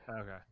Okay